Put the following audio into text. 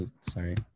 sorry